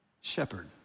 shepherd